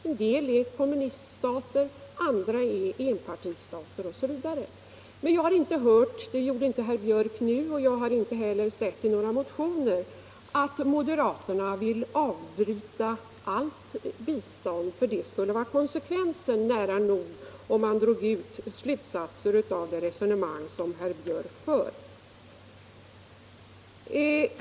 En del är kommuniststater, andra är enpartistater osv. Men jag har inte hört att moderaterna — det sade inte herr Björck nu, och jag har inte heller sett det i några motioner — vill avbryta allt bistånd. Det skulle vara konsekvensen, nära nog, om man drog slutsatser av det resonemang som herr Björck för.